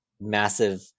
massive